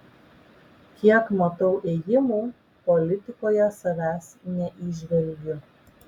kiek matau ėjimų politikoje savęs neįžvelgiu